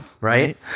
right